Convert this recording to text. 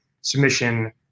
submission